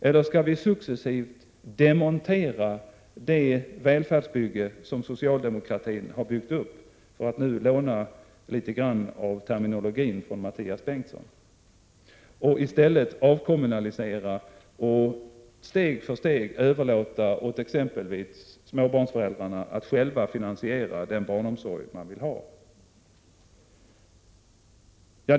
Eller skall vi successivt demontera det välfärdsbygge som socialdemokratin har byggt upp, för att nu låna litet grand av terminologin från Mattias Bengtsson, och i stället avkommunalisera och steg för steg överlåta åt exempelvis småbarnsföräldrarna att själva finansiera den barnomsorg de vill ha?